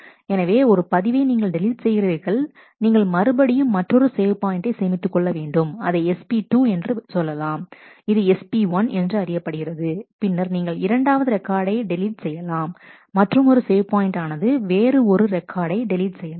எனவே ஒரு பதிவை நீங்கள் டெலீட் செய்கிறீர்கள் நீங்கள் மறுபடியும் மற்றொரு சேவ் பாயிண்டை சேமித்துக் கொள்ள வேண்டும் அதை SP2 என்று சொல்லலாம் இது SP1 என்று அறியப்படுகிறது பின்னர் நீங்கள் இரண்டாவது ரெக்கார்டை டெலீட் செய்யலாம் மற்றுமொரு சேவ் பாயிண்ட் ஆனது வேறு ஒரு ரெக்கார்டை டெலீட் செய்யலாம்